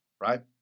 right